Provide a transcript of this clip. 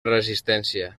resistència